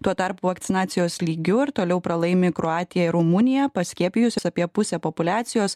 tuo tarpu vakcinacijos lygiu ir toliau pralaimi kroatija ir rumunija paskiepijusi apie pusę populiacijos